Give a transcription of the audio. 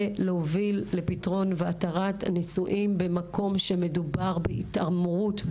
להוביל לפתרון והתרת הנישואים במקום שמדובר בהתעמרות,